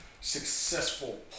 successful